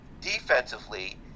defensively